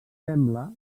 sembla